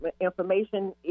information